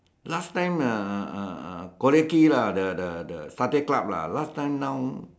last time uh uh uh uh Collyer Quay lah the the the satay club lah last time now